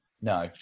No